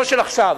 לא של עכשיו,